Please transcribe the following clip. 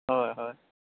হয় হয়